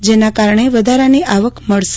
જેના કારલો વધારાની આવક મળશે